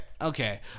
Okay